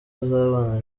azabana